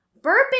Burping